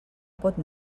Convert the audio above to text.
pot